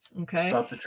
Okay